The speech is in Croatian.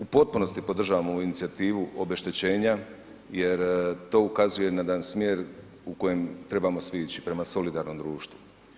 U potpunosti podržavam ovu inicijativu obeštećenja jer to ukazuje na jedan smjer u kojem trebamo svi ići, prema solidarnom društvu.